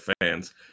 fans